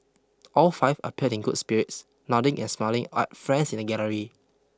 all five appeared in good spirits nodding and smiling at friends in the gallery